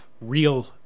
real